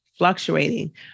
fluctuating